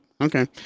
Okay